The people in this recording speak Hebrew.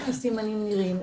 איך הסימנים נראים,